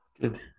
Good